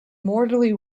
mortally